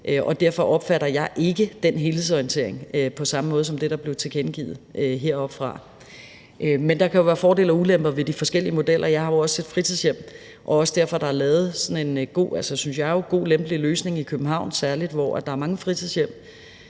og derfor opfatter jeg ikke den helhedsorientering på samme måde som det, der blev tilkendegivet heroppefra. Men der kan jo være fordele og ulemper ved de forskellige modeller. Jeg har jo også et fritidshjem. Og det er også derfor, at der er blevet lavet sådan en god, lempelig løsning, synes jeg jo, i København, særlig hvor der er mange fritidshjem,